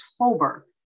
October